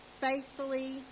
faithfully